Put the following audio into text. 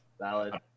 Valid